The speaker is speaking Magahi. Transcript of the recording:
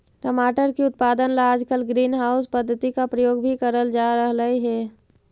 टमाटर की उत्पादन ला आजकल ग्रीन हाउस पद्धति का प्रयोग भी करल जा रहलई हे